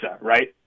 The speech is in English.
right